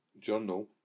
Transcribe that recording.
journal